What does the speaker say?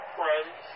friends